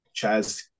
Chaz